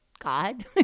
God